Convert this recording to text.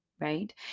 right